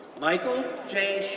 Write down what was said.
michael j.